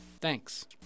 Thanks